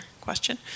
question